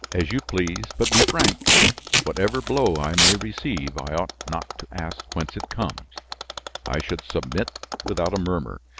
as you please, but be frank whatever blow i may receive, i ought not to ask whence it comes i should submit without a murmur.